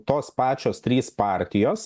tos pačios trys partijos